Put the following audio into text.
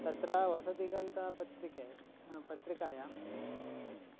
तत्र होसदिगन्तपत्रिके पत्रिकायां